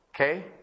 okay